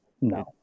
no